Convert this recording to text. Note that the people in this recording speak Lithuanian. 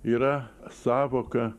yra sąvoka